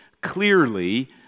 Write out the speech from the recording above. clearly